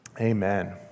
Amen